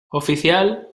oficial